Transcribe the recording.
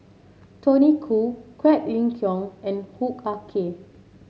Tony Khoo Quek Ling Kiong and Hoo Ah Kay